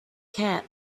cat